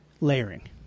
layering